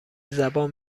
زبان